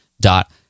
dot